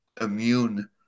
immune